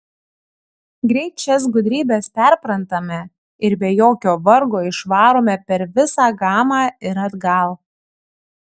greit šias gudrybes perprantame ir be jokio vargo išvarome per visą gamą ir atgal